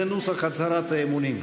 חברות הכנסת, זה נוסח הצהרת האמונים: